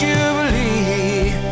Jubilee